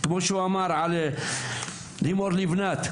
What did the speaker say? כולנו זוכרים את תכנית דברת, של לימור לבנת.